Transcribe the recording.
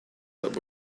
but